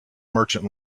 merchant